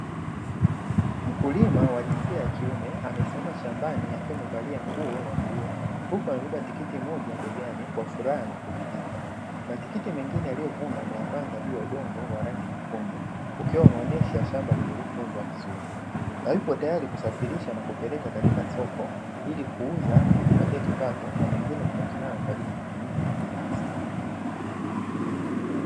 Mkulima wa jinsia ya kiume amesisima shambani akiwa amevalia nguo ya bluu huku amebeba tikiti moja begani na kwa furaha na kuridhika, matikiti mengine yaliyovunwa ameyapanga kwenye udongo wa rangi nyekundu ukiwa unaonyesha shamba lililotunzwa vizuri, na yupo tayari kusafirisha na kupeleka katika soko ilikuuza na kujipatia kipato na mengine kubaki nayo kwa ajili ya matumizi binafsi.